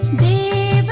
da